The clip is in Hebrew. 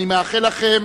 אני מאחל לכם